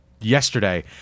yesterday